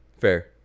Fair